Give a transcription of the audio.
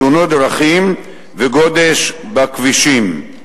תאונות דרכים וגודש בכבישים.